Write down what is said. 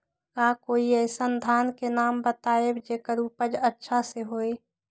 का कोई अइसन धान के नाम बताएब जेकर उपज अच्छा से होय?